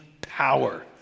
power